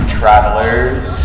travelers